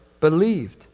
believed